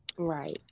Right